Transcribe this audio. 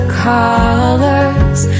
colors